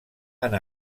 anar